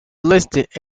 listed